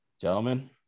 Gentlemen